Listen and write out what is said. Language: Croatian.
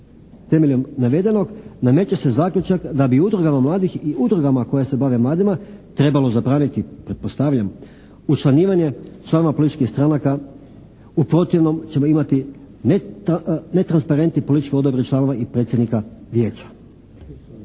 Temeljem navedenog nameće se zaključak da bi udrugama mladih i udrugama koje se bave mladima trebalo zabraniti pretpostavljam učlanjivanje članova političkih stranaka, u protivnom ćemo imati netransparentan politički odabir članova i predsjednika vijeća.